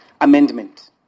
amendment